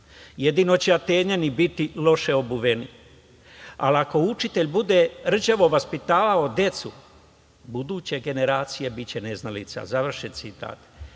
jedino će Atinjani biti loše obuveni, ali ako učitelj bude rđavo vaspitavao decu, buduće generacije biće neznalice.“Po tome